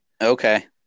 okay